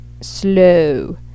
slow